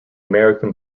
american